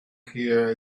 here